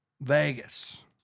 Vegas